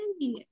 hey